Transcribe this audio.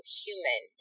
human